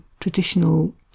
traditional